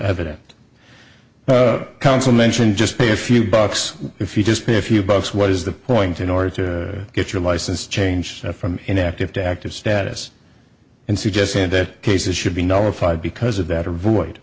evident counsel mentioned just a few bucks if you just pay a few bucks what is the point in order to get your license changed from inactive to active status and suggested that cases should be nullified because of that avoid